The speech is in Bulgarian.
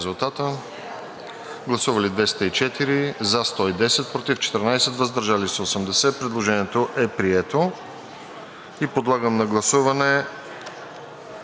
Предложението е прието.